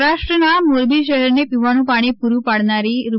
સૌરાષ્ટ્રના મોરબી શહેરને પીવાનું પાણી પૂરું પાડનારી રૂ